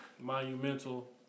monumental